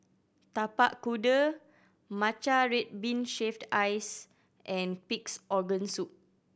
Tapak Kuda matcha red bean shaved ice and Pig's Organ Soup